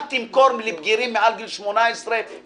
אל תמכור לבגירים מעל גיל 18 סיגריות.